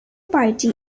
party